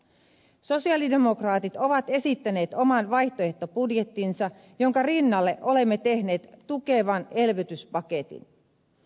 sosialidemokraatit ovat esittäneet oman vaihtoehtobudjettinsa jonka rinnalle olemme tehneet tukevan elvytyspaketin